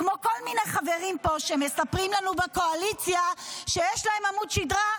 כמו כל מיני חברים פה בקואליציה שמספרים לנו שיש להם עמוד שדרה,